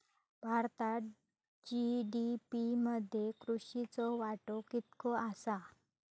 भारतात जी.डी.पी मध्ये कृषीचो वाटो कितको आसा?